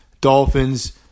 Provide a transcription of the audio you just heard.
Dolphins